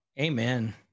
Amen